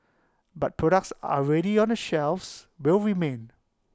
but products already on the shelves will remain